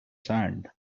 sand